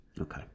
Okay